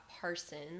parsons